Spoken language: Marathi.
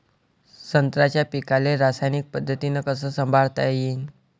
संत्र्याच्या पीकाले रासायनिक पद्धतीनं कस संभाळता येईन?